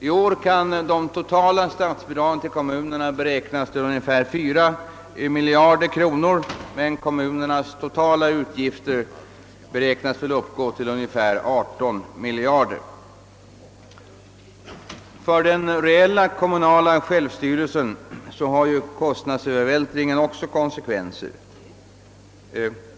I år kan de totala statsbidragen till kommunerna beräknas till ungefär 4 miljarder kronor, medan kommunernas totala utgifter torde uppgå till i runt tal 18 miljarder kronor. Också för den reella kommunala självstyrelsen har kostnadsövervältringen konsekvenser.